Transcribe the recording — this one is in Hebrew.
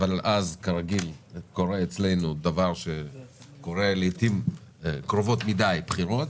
אבל אז קרה דבר שקורה לעיתים קרובות מידי אצלנו בחירות,